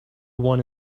one